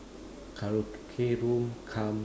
karaoke room cum